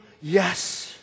yes